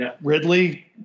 Ridley